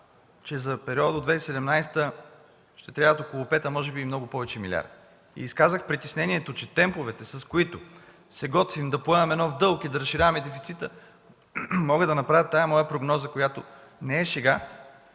че за периода до 2017 г. ще трябват около пет, а може би и много повече милиарди. Изказах притеснението, че темповете, с които се готвим да поемаме нов дълг и да разширяваме дефицита, могат да направят прогнозата ми, която не е шега,